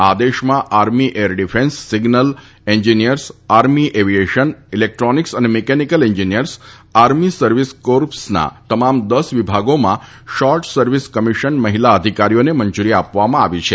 આ આદેશમાં army air defence signal engineers army aviation electronics અને મિકેનિકલ એન્જિનિયર્સ આર્મી સર્વિસ કોર્પ્સના તમામ દસ વિભાગોમાં શોર્ટ સર્વિસ કમિશનડ મહિલા અધિકારીઓને મંજૂરી આપવામાં આવી છે